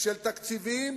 של תקציבים